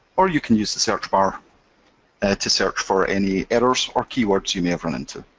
or you can use the search bar to search for any errors or keywords you may have run into.